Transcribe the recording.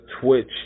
Twitch